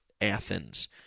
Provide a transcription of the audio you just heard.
Athens